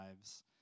lives